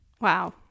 Wow